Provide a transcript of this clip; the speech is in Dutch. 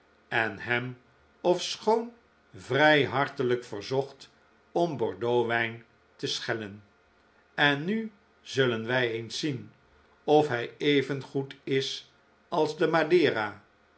en hem ofschoon vrij hartelijk verzocht om bordeauxwijn te schellen en nu zullen wij eens zien of hij evengoed is als de madera